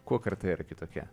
kuo karta yra kitokia